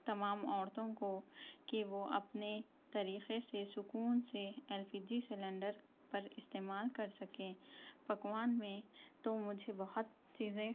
تمام عورتوں کو کہ وہ اپنے طریقے سے سکون سے ایل پی جی سلینڈر پر استعمال کر سکیں پکوان میں تو مجھے بہت چیزیں